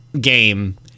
game